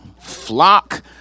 Flock